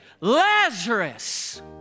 Lazarus